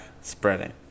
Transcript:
spreading